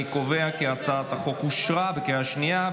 אני קובע כי הצעת החוק אושרה בקריאה שנייה.